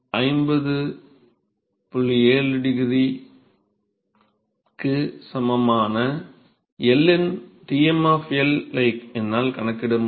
7 𝆩 க்கு சமமான L இன் Tm ஐ என்னால் கணக்கிட முடியும்